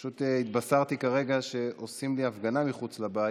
פשוט התבשרתי כרגע שעושים לי הפגנה מחוץ לבית,